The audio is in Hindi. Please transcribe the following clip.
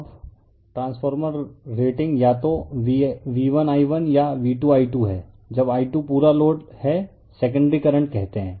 रिफर स्लाइड टाइम 1215 अब ट्रांसफॉर्मर रेटिंग या तो V1I1 या V2I2 है जब I2 पूरा लोड है सेकेंडरी करंट कहते हैं